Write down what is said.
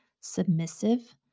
submissive